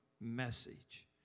message